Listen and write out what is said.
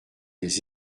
des